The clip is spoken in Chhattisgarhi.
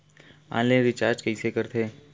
ऑनलाइन रिचार्ज कइसे करथे?